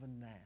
now